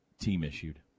team-issued